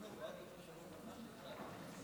אני קובע שהצעת חוק החברות הממשלתיות (תיקון,